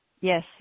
Yes